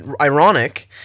ironic